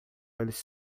eles